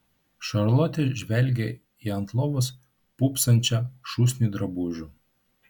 šarlotė žvelgė į ant lovos pūpsančią šūsnį drabužių